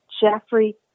Jeffrey